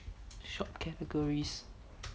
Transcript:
shop categories